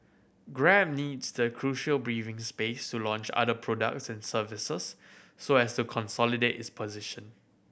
grab needs the crucial breathing space to launch other products and services so as to consolidate its position